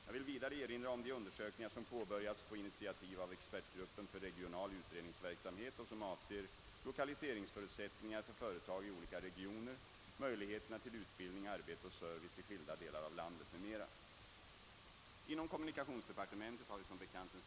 Jag vill vidare erinra om de undersökningar som påbörjats på initiativ av expertgruppen för regional utredningsverksamhet och som avser lokaliseringsförutsättningar för företag i olika regioner, möjligheterna till utbildning, arbete och service i skilda delar av landet m.m. Inom kommunikationsdepartementet har vi som bekant en.